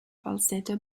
falsetto